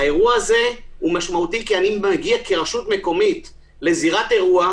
האירוע הזה הוא משמעותי כי אני מגיע כרשות מקומית לזירת אירוע,